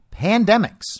pandemics